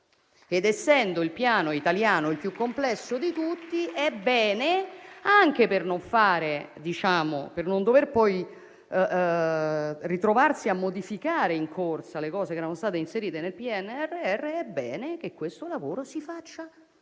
Essendo il Piano italiano il più complesso di tutti, anche per non dover poi ritrovarci a modificare in corsa le cose che erano state inserite nel PNRR, è bene che questo lavoro si faccia